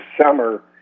summer